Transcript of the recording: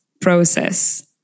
process